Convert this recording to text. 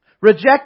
reject